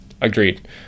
Agreed